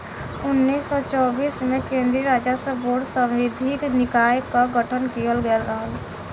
उन्नीस सौ चौबीस में केन्द्रीय राजस्व बोर्ड सांविधिक निकाय क गठन किहल गयल रहल